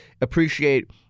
Appreciate